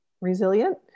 Resilient